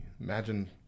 Imagine